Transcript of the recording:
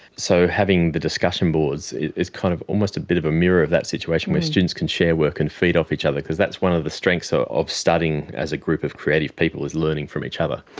so having the discussion boards is kind of almost a bit of a mirror of that situation where students can share work and feed off each other because that's one of the strengths so of studying as a group of creative people, is learning from each each other.